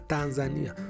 Tanzania